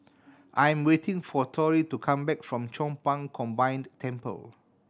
I'm waiting for Torrie to come back from Chong Pang Combined Temple